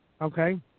okay